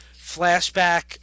flashback